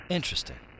Interesting